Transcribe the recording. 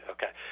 Okay